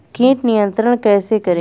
कीट नियंत्रण कैसे करें?